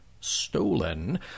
stolen